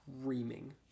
screaming